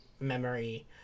memory